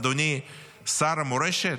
אדוני שר המורשת?